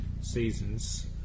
seasons